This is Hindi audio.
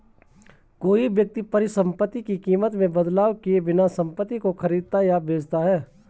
कोई व्यक्ति परिसंपत्ति की कीमत में बदलाव किए बिना संपत्ति को खरीदता या बेचता है